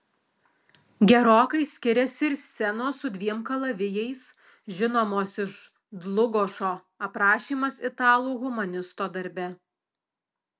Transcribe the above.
gerokai skiriasi ir scenos su dviem kalavijais žinomos iš dlugošo aprašymas italų humanisto darbe